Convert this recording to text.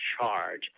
charge